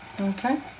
okay